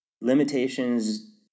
limitations